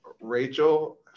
Rachel